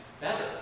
better